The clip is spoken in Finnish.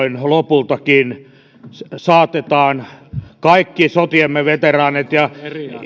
lopultakin saatetaan kaikki sotiemme veteraanit ja